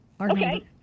okay